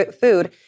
food